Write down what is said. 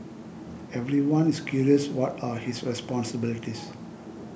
everyone is curious what are his responsibilities